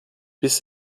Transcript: bis